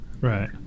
Right